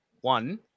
one